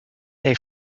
they